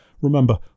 Remember